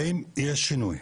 האם יש שינוי?